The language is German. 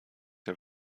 der